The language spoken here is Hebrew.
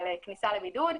על הכניסה לבידוד.